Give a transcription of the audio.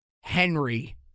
Henry